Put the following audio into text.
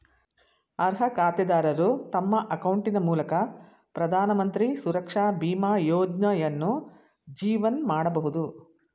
ಅರ್ಹ ಖಾತೆದಾರರು ತಮ್ಮ ಅಕೌಂಟಿನ ಮೂಲಕ ಪ್ರಧಾನಮಂತ್ರಿ ಸುರಕ್ಷಾ ಬೀಮಾ ಯೋಜ್ನಯನ್ನು ಜೀವನ್ ಮಾಡಬಹುದು